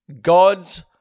God's